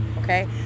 okay